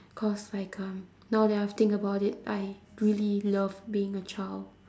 cause like um now that I've think about it I really love being a child